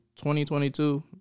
2022